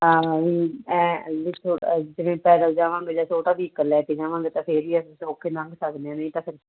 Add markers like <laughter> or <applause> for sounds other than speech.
ਹਾਂ ਵੀ ਐਂ <unintelligible> ਜਿਵੇਂ ਛੋਟਾ ਜਿਵੇਂ ਪੈਦਲ ਜਾਵਾਂਗੇ ਜਾਂ ਛੋਟਾ ਵੀਹਕਲ ਲੈ ਕੇ ਜਾਵਾਂਗੇ ਤਾਂ ਫੇਰ ਵੀ ਅਸੀਂ ਸੌਖੇ ਲੰਘ ਸਕਦੇ ਹਾਂ ਨਹੀਂ ਤਾਂ ਫਿਰ